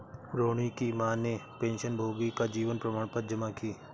रोहिणी की माँ ने पेंशनभोगी का जीवन प्रमाण पत्र जमा की